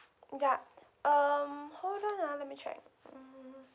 yup um hold on ah let my check um